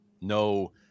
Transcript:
no